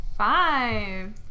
Five